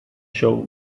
show